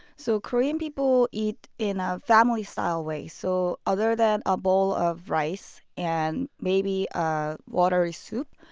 so korean people eat in a family-style way. so, other than a bowl of rice and maybe a watery soup,